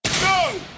go